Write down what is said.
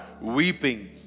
weeping